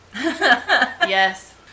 Yes